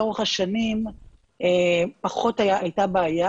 לאורך השנים פחות הייתה בעיה,